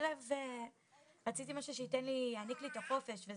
רציתי משהו שיעניק לי את החופש.